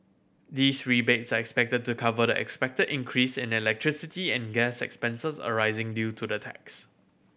these rebates are expected to cover the expected increase and electricity and gas expenses arising due to the tax